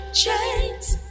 chains